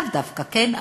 לאו דווקא, כן?